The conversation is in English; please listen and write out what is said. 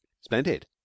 Splendid